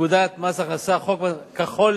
פקודת מס הכנסה, חוק כחול-לבן.